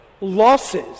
Losses